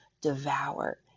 devour